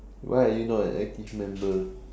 why are you not an active member